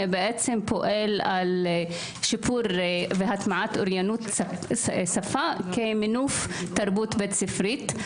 שפועל לשיפור והטמעה של אוריינות שפה כמינוף תרבות בית-ספרית.